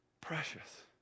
Precious